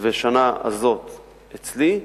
והשנה הזאת אצלי,